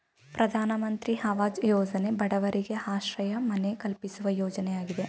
ಪ್ರಧಾನಮಂತ್ರಿ ಅವಾಜ್ ಯೋಜನೆ ಬಡವರಿಗೆ ಆಶ್ರಯ ಮನೆ ಕಲ್ಪಿಸುವ ಯೋಜನೆಯಾಗಿದೆ